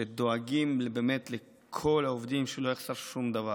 שדואגים לכל העובדים, שלא יחסר שום דבר.